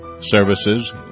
services